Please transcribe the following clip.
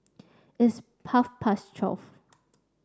its half past twelve